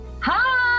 Hi